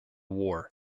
war